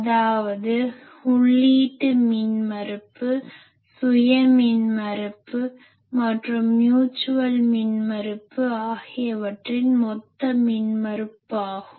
அதாவது உள்ளீட்டு மின்மறுப்பு சுய மின்மறுப்பு மற்றும் மியூட்சுவல் மின்மறுப்பு ஆகியவற்றின் மொத்த மின்மறுப்பாகும்